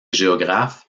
géographes